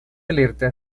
alerta